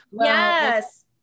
Yes